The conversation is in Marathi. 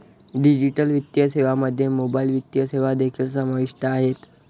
डिजिटल वित्तीय सेवांमध्ये मोबाइल वित्तीय सेवा देखील समाविष्ट आहेत